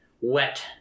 wet